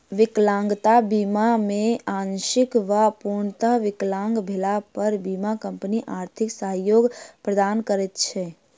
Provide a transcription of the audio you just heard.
विकलांगता बीमा मे आंशिक वा पूर्णतः विकलांग भेला पर बीमा कम्पनी आर्थिक सहयोग प्रदान करैत छै